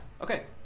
Okay